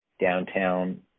downtown